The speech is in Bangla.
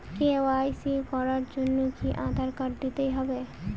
কে.ওয়াই.সি করার জন্য কি আধার কার্ড দিতেই হবে?